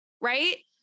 Right